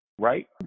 Right